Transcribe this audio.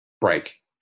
Break